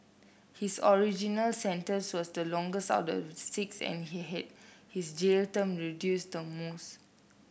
his original sentence was the longest out of the six and he had his jail term reduced the most